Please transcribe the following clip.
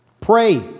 Pray